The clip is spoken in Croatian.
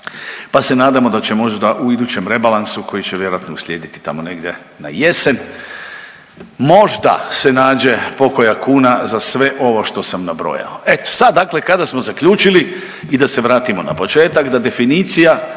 pa se nadamo da će možda u idućem rebalansu koji će vjerojatno uslijediti tamo negdje na jesen, možda se nađe pokoja kuna za sve ovo što sam nabrojao. Eto sad dakle kada smo zaključili i da se vratimo na početak da definicija